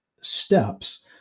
steps